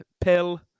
Pill